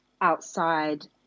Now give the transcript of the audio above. outside